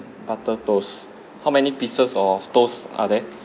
butter toast how many pieces of toast are there